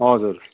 हजुर